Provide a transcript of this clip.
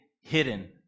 hidden